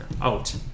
out